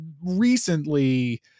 recently